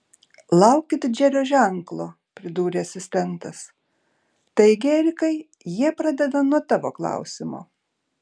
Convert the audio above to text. laukit džerio ženklo pridūrė asistentas taigi erikai jie pradeda nuo tavo klausimo